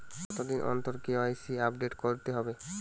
কতদিন অন্তর KYC update করতে হবে?